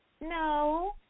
no